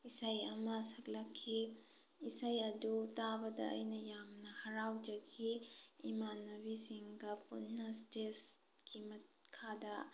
ꯏꯁꯩ ꯑꯃ ꯁꯛꯂꯛꯈꯤ ꯏꯁꯩ ꯑꯗꯨ ꯇꯥꯕꯗ ꯑꯩꯅ ꯌꯥꯝꯅ ꯍꯔꯥꯎꯖꯈꯤ ꯏꯃꯥꯟꯅꯕꯤꯁꯤꯡꯒ ꯄꯨꯟꯅ ꯏꯁꯇꯦꯁꯀꯤ ꯃꯈꯥꯗ